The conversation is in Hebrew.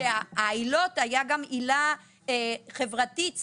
שהיתה גם עילה חברתית סוציאלית,